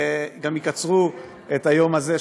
וגם יקצרו את היום הזה,